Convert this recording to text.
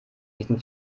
diesen